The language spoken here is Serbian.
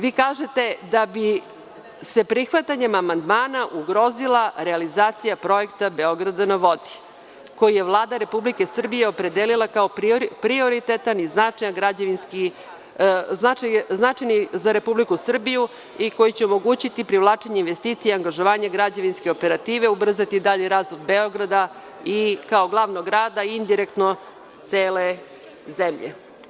Vi kažete da bi se prihvatanjem amandmana ugrozila realizacija projekta „Beograd na vodi“, kojije Vlada RS opredelila kao prioritetan i značajan građevinski, značajan za RS i koji će omogućiti privlačenje investicija i angažovanje građevinske operative, ubrzati dalji razvoj Beograda kao glavnog grada i indirektno cele zemlje.